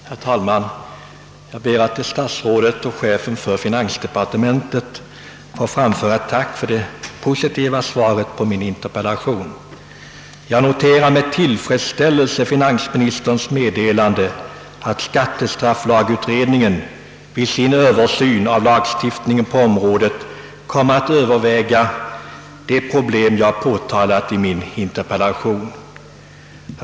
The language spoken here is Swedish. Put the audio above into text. Herr talman! Jag ber att till statsrådet och chefen för finansdepartementet få framföra ett tack för det positiva svaret på min interpellation. Jag noterar med tillfredsställelse finansministerns meddelande att skattestrafflagutredningen vid sin Översyn av lagstiftningen på området kommer att överväga det problem jag påtalat i min interpellation.